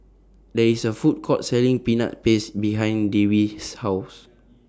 There IS A Food Court Selling Peanut Paste behind Dewey's House